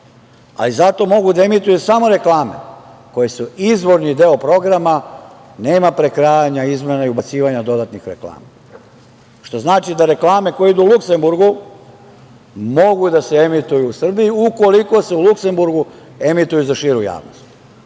ali zato mogu da emituju samo reklame koje su izvorni deo programa, nema prekrajanja, izmena i ubacivanja dodatnih reklama. Što znači da reklame koje idu u Luksenburgu mogu da se emituju u Srbiju, ukoliko se u Luksenburgu emituju za širu javnost. Pošto